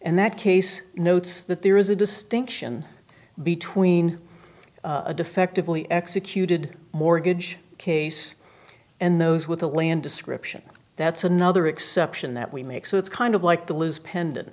and that case notes that there is a distinction between a defectively executed mortgage case and those with a land description that's another exception that we make so it's kind of like the lose pendant